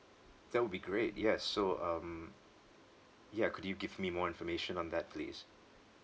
that would be great yes so um yeah could you give me more information on that please